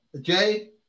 Jay